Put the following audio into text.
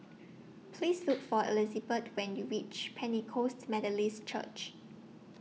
Please Look For Elizabet when YOU REACH Pentecost Methodist Church